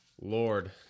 Lord